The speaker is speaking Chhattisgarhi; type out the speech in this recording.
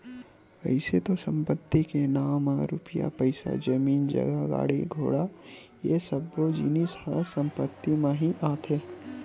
अइसे तो संपत्ति के नांव म रुपया पइसा, जमीन जगा, गाड़ी घोड़ा ये सब्बो जिनिस ह संपत्ति म ही आथे